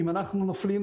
אם אנחנו נופלים,